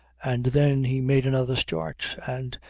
and then he made another start and,